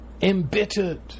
Embittered